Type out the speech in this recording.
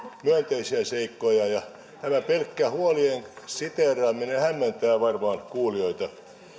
myönteisiä seikkoja ja tämä pelkkä huolien siteeraaminen hämmentää varmaan kuulijoita